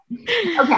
Okay